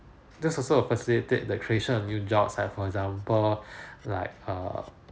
just also will facilitate the creation of new jobs for example like err